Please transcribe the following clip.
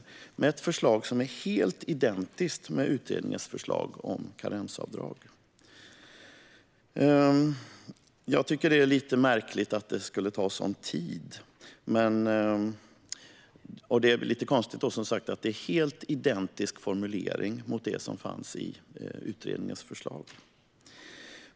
Den innehåller ett förslag som är identiskt med utredningens förslag om karensavdrag. Det är lite märkligt att det skulle ta sådan tid. Det är som sagt också konstigt att formuleringen är identisk med den som fanns i utredningens förslag.